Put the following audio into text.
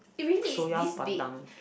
soya pandan